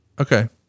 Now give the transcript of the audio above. Okay